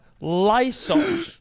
Lysol